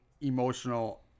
emotional